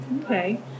okay